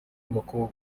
b’abakobwa